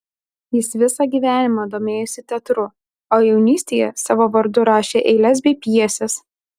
jis visą gyvenimą domėjosi teatru o jaunystėje savo vardu rašė eiles bei pjeses